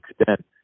extent